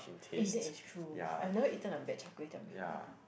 eh that is true I've never eaten a bad char-kway-teow before